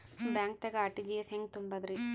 ಬ್ಯಾಂಕ್ದಾಗ ಆರ್.ಟಿ.ಜಿ.ಎಸ್ ಹೆಂಗ್ ತುಂಬಧ್ರಿ?